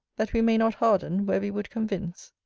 that we may not harden, where we would convince?